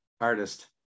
artist